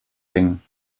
deng